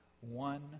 one